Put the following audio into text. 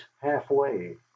half-way